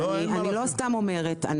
לא סתם אני אומרת.